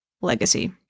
legacy